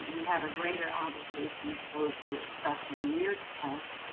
we have a greater obligation to those who are suffering near to us,